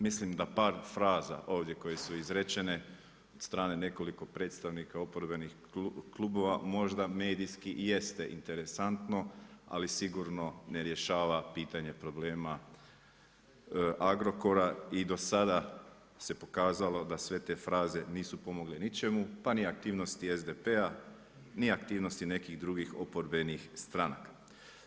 Mislim da par fraza ovdje koje su izrečene od strane nekoliko predstavnika oporbenih klubova možda medijski jeste interesantno, ali sigurno ne rješava pitanje problema Agrokora i do sada se pokazalo da sve te fraze nisu pomogle ničemu pa ni aktivnosti SDP-a ni aktivnosti nekih drugih oporbenih stranaka.